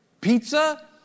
pizza